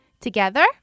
Together